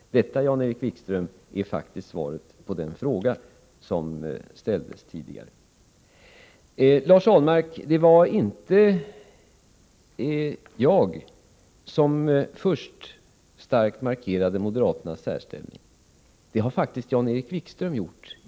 Detta, Jan-Erik Wikström, är svaret på den fråga som ställdes tidigare. Det var inte jag, Lars Ahlmark, som först starkt markerade moderaternas särställning i den här debatten. Det har faktiskt Jan-Erik Wikström gjort.